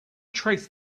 trace